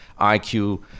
IQ